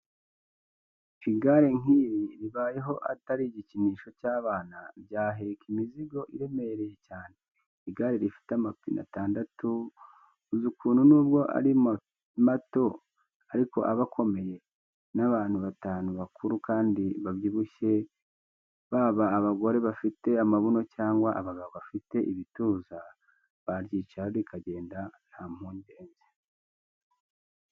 Igare nk'iri ribayeho atari igikinisho cy'abana, ryaheka imizigo iremereye cyane; igare rifite amapine atandatu, uzi ukuntu n'ubwo ari mato ariko aba akomeye; n'abantu batanu bakuru kandi babyibushye, baba abagore bafite amabuno cyangwa abagabo bafite ibituza, baryicaraho rikagenda nta mpungenge.